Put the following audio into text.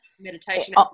Meditation